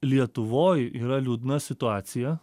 lietuvoj yra liūdna situacija